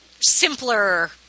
simpler